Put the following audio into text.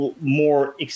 more